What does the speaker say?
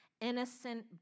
innocent